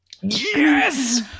Yes